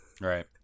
Right